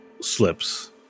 slips